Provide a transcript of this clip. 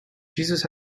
jesus